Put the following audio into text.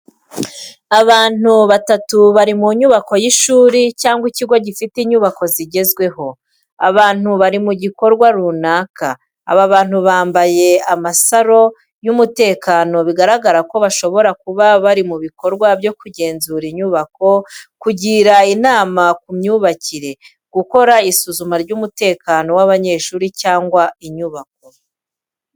Abantu batatu bari mu nyubako y’ishuri cyangwa ikigo gifite inyubako zigezweho. Abantu bari mu gikorwa runaka. Aba bantu bambaye amasaro y’umutekano bigaragaza ko bashobora kuba bari mu bikorwa byo kugenzura inyubako, kugira inama ku myubakire, gukora isuzuma ry’umutekano w’abanyeshuri cyangwa inyubako.